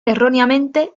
erróneamente